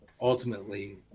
ultimately